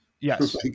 Yes